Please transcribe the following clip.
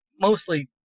mostly